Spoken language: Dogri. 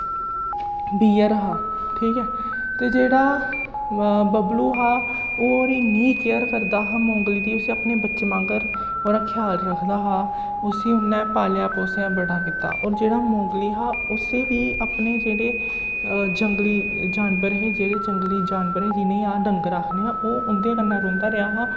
बियर हा ठीक ऐ ते जेह्ड़ा बबलू हा ओह् ओह्दी इन्नी केयर करदा हा मोंगली दी उसी अपने बच्चे मांह्गर ओह्दा ख्याल रखदा हा उसी उन्नै पालेआ पोसेआ बड़ा कीता होर जेह्ड़ा मोंगली हा उसगी अपने जेह्ड़े जंगली जानवर हे जेह्ड़े जंगली जानवर हे जि'नेंगी अस डंगर आक्खने आं ओह् उं'दे कन्नै रौंहदा रेहा हा